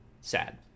sad